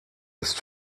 ist